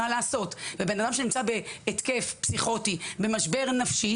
בן אדם שנמצא בהתקף פסיכוטי, במשבר נפשי